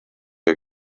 der